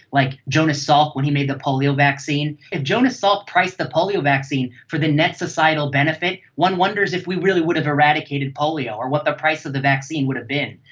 like jonas salk when he made the polio vaccine, if jonas salk comprised the polio vaccine for the net societal benefit, one wonders if we really would have eradicated polio or what the price of the vaccine would have been.